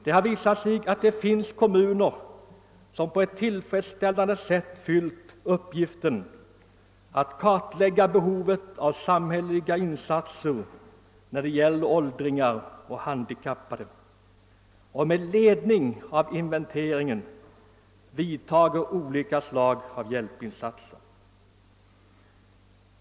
Det har visat sig att det finns kommuner som på ett tillfredsställande sätt fyllt uppgiften att kartlägga behovet av samhälleliga insatser när det gäller åldringar och handikappade och som med ledning av inventeringen vidtar olika slag av hjälpinsatser.